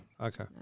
okay